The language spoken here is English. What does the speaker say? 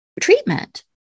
treatment